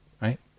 right